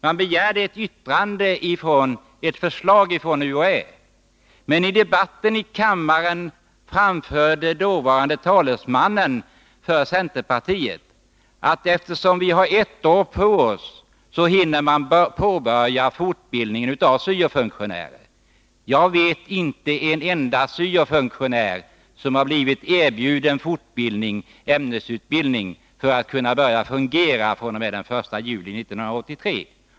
Man begärde ett förslag från UHÄ. Men i debatten i kammaren framförde dåvarande talesmannen för centerpartiet att man, eftersom man hade ett år på sig, hann påbörja fortbildningen av syo-funktionärer. Jag vet inte en enda syo-funktionär som har blivit erbjuden fortbildning eller ämnesutbildning för att kunna fungera från den 1 juli 1983.